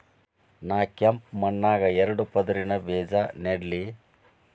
ನಾ ಕೆಂಪ್ ಮಣ್ಣಾಗ ಎರಡು ಪದರಿನ ಬೇಜಾ ನೆಡ್ಲಿ?